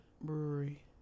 brewery